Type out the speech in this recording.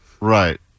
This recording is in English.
Right